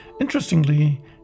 Interestingly